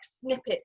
snippets